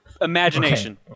Imagination